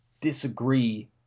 disagree